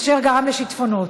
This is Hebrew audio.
אשר גרמו לשיטפונות.